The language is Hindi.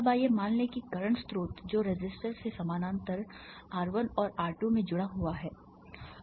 अब आइए मान लें कि करंट स्रोत दो रेसिस्टर से समानांतर R 1 और R 2 में जुड़ा हुआ है